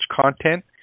content